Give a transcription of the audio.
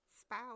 spouse